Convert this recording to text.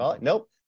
Nope